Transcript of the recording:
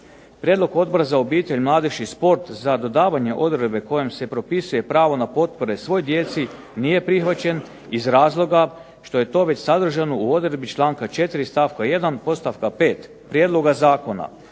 Prijedlog Odbora za obitelj, mladež i šport za dodavanje odredbe kojom se propisuje pravo na potpore svoj djeci nije prihvaćen, iz razloga što je to već sadržano u odredbi članka 4. stavka 1. podstavka 5. prijedloga zakona.